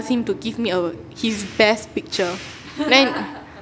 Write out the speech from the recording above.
him to give me a his best picture then